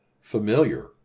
Familiar